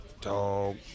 Dog